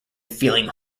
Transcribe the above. feeling